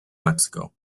mexico